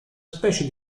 specie